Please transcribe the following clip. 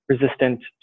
resistant